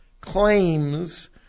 claims